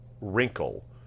wrinkle